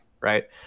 right